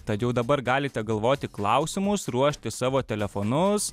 tad jau dabar galite galvoti klausimus ruošti savo telefonus